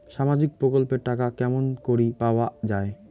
সামাজিক প্রকল্পের টাকা কেমন করি পাওয়া যায়?